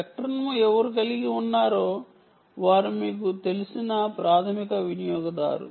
స్పెక్ట్రంను ఎవరు కలిగి ఉన్నారో వారు మీకు తెలిసిన ప్రాధమిక వినియోగదారు